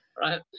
right